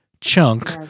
chunk